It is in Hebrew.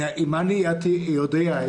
אם הייתי יודע,